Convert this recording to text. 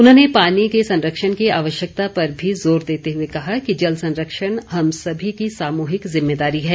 उन्होंने पानी के संरक्षण की आवश्यकता पर भी जोर देते हुए कहा कि जल संरक्षण हम सभी की सामूहिक ज़िम्मेदारी है